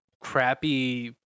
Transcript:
crappy